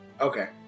Okay